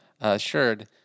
assured